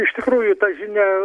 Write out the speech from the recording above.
iš tikrųjų ta žinia